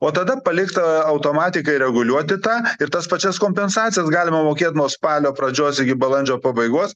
o tada palikta automatiškai reguliuoti tą ir tas pačias kompensacijas galima mokėt nuo spalio pradžios iki balandžio pabaigos